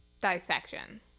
dissection